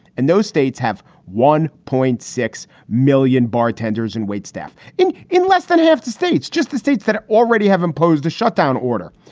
and those states have one point six million bartenders and waitstaff in in less than half the states, just the states that already have imposed the shutdown order.